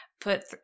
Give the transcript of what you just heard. put